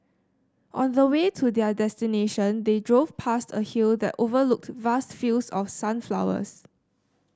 on the way to their destination they drove past a hill that overlooked vast fields of sunflowers